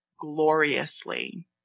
gloriously